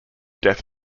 death